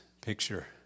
picture